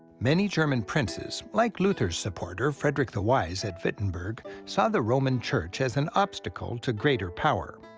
many german princes like luther's supporter frederick the wise at wittenberg saw the roman church as an obstacle to greater power.